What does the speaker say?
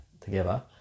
together